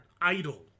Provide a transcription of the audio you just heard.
idol